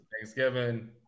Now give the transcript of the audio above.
Thanksgiving